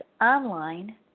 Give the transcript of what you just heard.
online